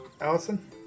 Allison